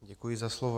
Děkuji za slovo.